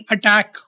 Attack